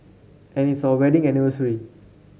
and it's our wedding anniversary